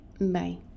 Bye